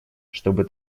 чтобы